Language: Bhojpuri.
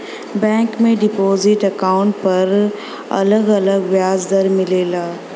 बैंक में डिपाजिट अकाउंट पर अलग अलग ब्याज दर मिलला